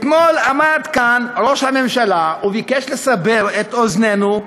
אתמול עמד כאן ראש הממשלה וביקש לסבר את אוזננו,